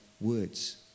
words